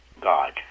god